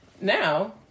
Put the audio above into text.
Now